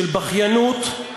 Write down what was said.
של בכיינות,